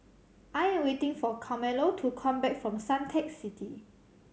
I am waiting for Carmelo to come back from Suntec City